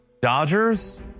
Dodgers